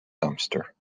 dumpster